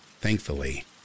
Thankfully